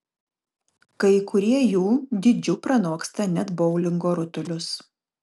kai kurie jų dydžiu pranoksta net boulingo rutulius